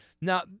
Now